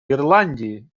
ирландии